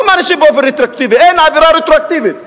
אין עבירה רטרואקטיבית.